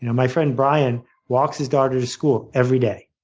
you know my friend brian walks his daughter to school every day.